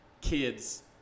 kids –